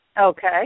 Okay